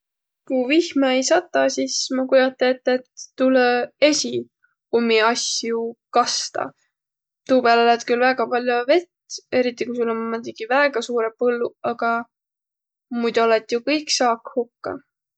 Ku vihma ei sataq, sis ma kujota ette, et tulõ esiq ummi asju kastaq. Tuu pääle lätt küll väega pall'o vett, eriti ku sul ommaq määntsegi väega suurõq põlluq, aga muido lätt' ju kõik saak hukka.